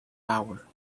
power